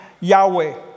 Yahweh